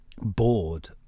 bored